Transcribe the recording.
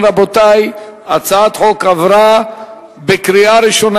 ההצעה להעביר את הצעת חוק בתי-המשפט (תיקון מס' 62),